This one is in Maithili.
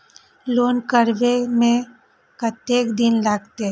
लोन करबे में कतेक दिन लागते?